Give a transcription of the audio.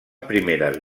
primeres